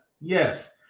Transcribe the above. yes